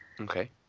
Okay